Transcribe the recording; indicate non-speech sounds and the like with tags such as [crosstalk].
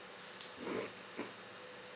[noise]